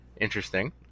interesting